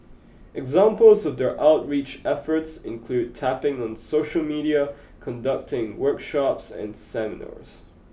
examples of their outreach efforts include tapping on social media conducting workshops and seminars